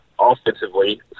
offensively